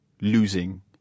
losing